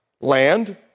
Land